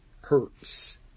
hurts